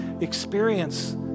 experience